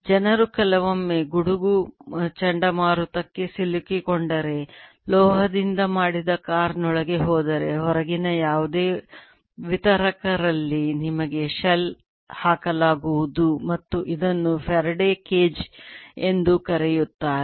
ಜನರು ಕೆಲವೊಮ್ಮೆ ಗುಡುಗು ಚಂಡಮಾರುತಕ್ಕೆ ಸಿಲುಕಿಕೊಂಡರೆ ಲೋಹದಿಂದ ಮಾಡಿದ ಕಾರಿನೊಳಗೆ ಹೋದರೆ ಹೊರಗಿನ ಯಾವುದೇ ವಿತರಕರಲ್ಲಿ ನಿಮಗೆ ಶೆಲ್ ಹಾಕಲಾಗುತ್ತದೆ ಮತ್ತು ಇದನ್ನು ಫ್ಯಾರಡೆ ಕೇಜ್ ಎಂದೂ ಕರೆಯುತ್ತಾರೆ